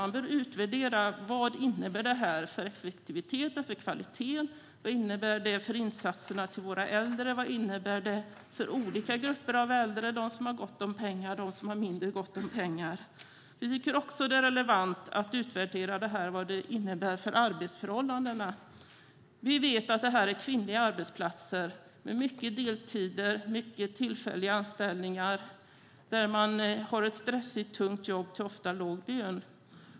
Man bör utvärdera vad detta innebär för effektiviteten och kvaliteten, för insatserna för våra äldre, för olika grupper av äldre, de som har gott om pengar och de som har mindre gott om pengar. Vi tycker också att det är relevant att utvärdera vad det innebär för arbetsförhållandena. Vi vet att det här är kvinnliga arbetsplatser med mycket deltider och många tillfälliga anställningar. Man har ett stressigt och tungt jobb, ofta till låg lön.